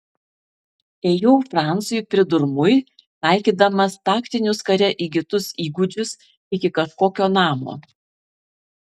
ėjau francui pridurmui taikydamas taktinius kare įgytus įgūdžius iki kažkokio namo